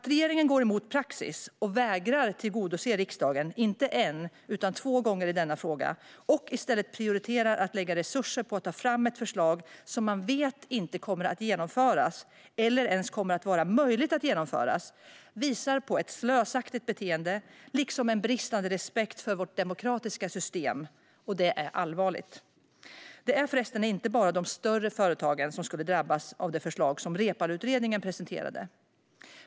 Regeringen går emot praxis och vägrar att gå riksdagen till mötes, inte en utan två gånger, i denna fråga och prioriterar i stället att lägga resurser på att ta fram ett förslag som den vet inte kommer att genomföras, eller som inte ens kommer att vara möjligt att genomföra. Det visar på ett slösaktigt beteende liksom bristande respekt för vårt demokratiska system. Och det är allvarligt. Det är förresten inte bara de större företagen som skulle drabbas av det förslag som Reepaluutredningen presenterade.